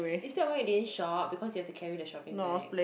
is that why you din shop because you have to carry the shopping bag